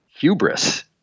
hubris